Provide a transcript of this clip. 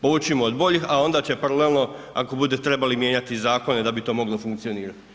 Poučimo od boljih, a onda će paralelno ako bude trebali mijenjati zakone da bi to moglo funkcionirati.